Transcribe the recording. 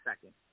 second